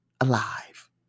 alive